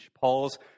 Paul's